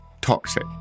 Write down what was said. Toxic